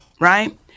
right